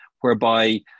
whereby